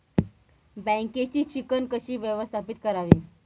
बँकेची चिकण कशी व्यवस्थापित करावी?